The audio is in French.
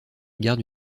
garde